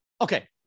Okay